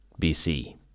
BC